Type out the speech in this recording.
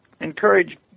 encourage